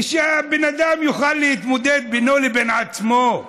שהבן אדם יוכל להתמודד בינו לבין עצמו.